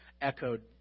echoed